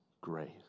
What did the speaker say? grace